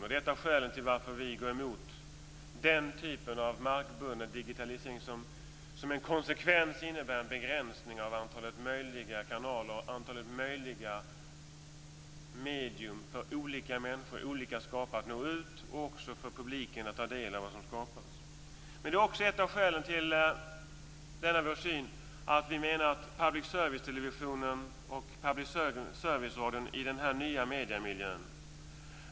Det är ett av skälen till att vi går emot den typ av markbunden digitalisering vars konsekvens blir en begränsning av antalet möjliga kanaler och medier för olika människor att nå ut och en begränsning av publikens möjligheter att ta del av vad som skapas. Ett annat skäl till denna vår syn är public servicetelevisionens och public service-radions roll i den nya mediemiljön.